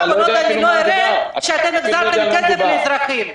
כל עוד לא אראה שאתם החזרתם כסף לאזרחים,